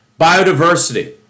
Biodiversity